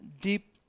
Deep